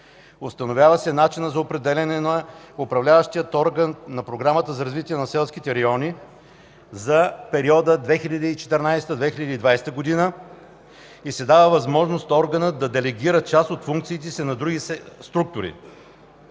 Установява се начинът за определяне на Управляващия орган на Програма за развитие на селските райони за периода 2014 -2020 г. и се дава възможност органът да делегира част от функциите си на други структури.